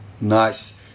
nice